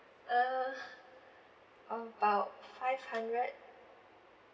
uh about five hundred